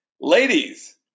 ladies